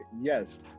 yes